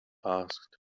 asked